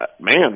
man